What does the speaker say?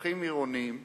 לפקחים עירוניים,